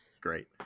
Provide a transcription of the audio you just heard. great